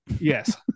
yes